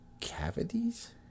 Cavities